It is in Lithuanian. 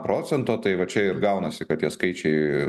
procento tai va čia ir gaunasi kad tie skaičiai